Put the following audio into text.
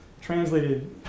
translated